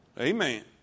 Amen